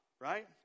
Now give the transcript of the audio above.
right